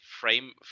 frame